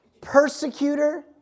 persecutor